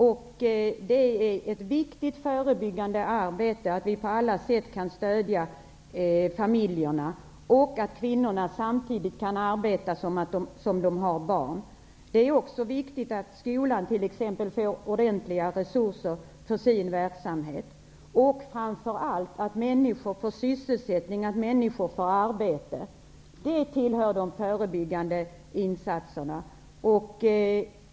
Det är en viktig förebyggande insats att vi på alla sätt kan stödja familjerna, och att kvinnorna kan arbeta samtidigt som de har barn. Det är också viktigt att skolan får ordentliga resurser för sin verksamhet, och framför allt att människor får arbete. Det tillhör de förebyggande insatserna.